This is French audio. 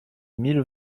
mille